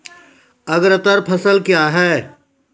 अग्रतर फसल क्या हैं?